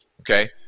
Okay